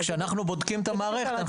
כשאנחנו בודקים את המערכת,